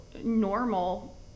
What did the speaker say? normal